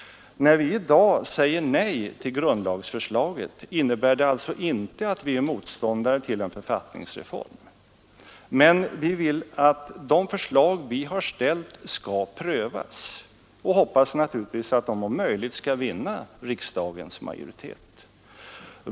När vi i dag säger nej till grundlagsförslaget innebär det alltså inte att vi är motståndare till en författningsreform. Men vi vill att de förslag vi har ställt skall prövas och hoppas naturligtvis att de om möjligt skall vinna riksdagens majoritet.